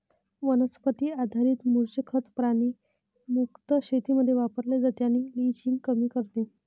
वनस्पती आधारित मूळचे खत प्राणी मुक्त शेतीमध्ये वापरले जाते आणि लिचिंग कमी करते